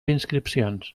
inscripcions